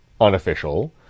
unofficial